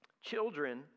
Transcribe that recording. Children